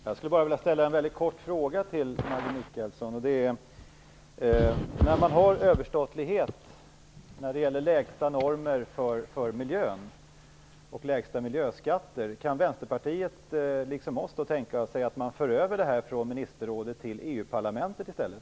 Herr talman! Jag har bara en kort fråga till Maggi Mikaelsson: Kan Vänsterpartiet i frågan om överstatlighet när det gäller lägsta normer för miljön och lägsta miljöskatter, liksom vi, tänka sig en överföring från ministerrådet till EU-parlamentet?